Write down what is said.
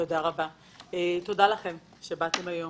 תודה לכם שבאתם היום.